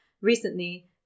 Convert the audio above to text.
recently